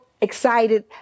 excited